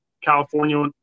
California